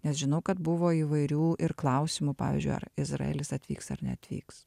nes žinau kad buvo įvairių ir klausimų pavyzdžiui ar izraelis atvyks ar neatvyks